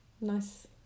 Nice